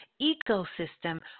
ecosystem